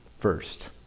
first